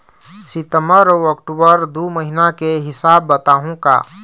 सितंबर अऊ अक्टूबर दू महीना के हिसाब बताहुं का?